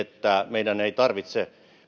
meidän ei tarvitse